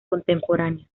contemporáneos